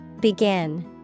Begin